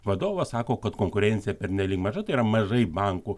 vadovas sako kad konkurencija pernelyg maža tai yra mažai bankų